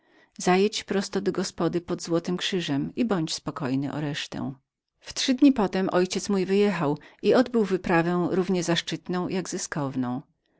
zajedź prosto do gospody pod złotym krzyżem i bądź spokojnym o resztę we trzy dni potem mój ojciec wyjechał i odbył wyprawę równie zaszczytną jak